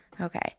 Okay